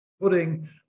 putting